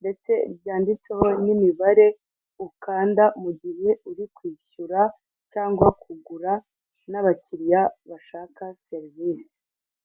ndetse ryanditseho n'imibare ukanda mu gihe uri kwishyura cyangwa kugura n'abakiriya bashaka serivisi.